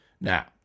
Now